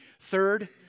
Third